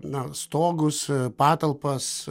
na stogus patalpas